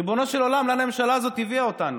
ריבונו של עולם, לאן הממשלה הזאת הביאה אותנו?